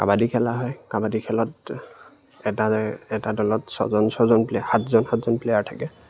কাবাডী খেলা হয় কাবাডী খেলত এটা এটা দলত ছজন ছজন প্লেয়াৰ সাতজন সাতজন প্লেয়াৰ থাকে